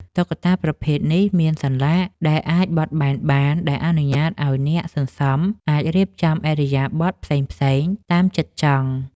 តុក្កតាប្រភេទនេះមានសន្លាក់ដែលអាចបត់បែនបាន ដែលអនុញ្ញាតឱ្យអ្នកសន្សំអាចរៀបចំឥរិយាបថផ្សេងៗតាមចិត្តចង់។